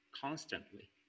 constantly